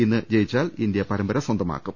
ഇന്ന് വിജയിച്ചാൽ ഇന്ത്യ പരമ്പര സ്വന്തമാക്കും